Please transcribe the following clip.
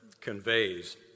conveys